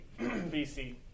BC